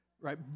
right